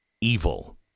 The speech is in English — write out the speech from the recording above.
evil